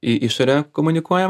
į išorę komunikuojam